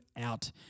out